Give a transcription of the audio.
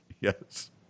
Yes